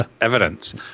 evidence